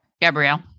Gabrielle